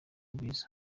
bwiza